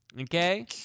okay